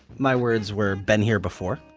my words were been here before.